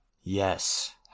Yes